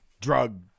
drug